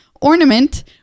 ornament